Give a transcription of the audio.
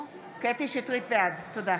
שטרית, בעד